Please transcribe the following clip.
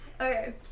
Okay